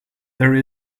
there